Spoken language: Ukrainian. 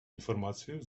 інформацію